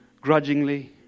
grudgingly